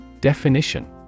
Definition